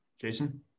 Jason